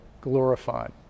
glorified